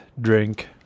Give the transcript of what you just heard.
drink